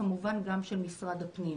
גם של משרד הפנים,